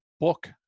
book